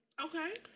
Okay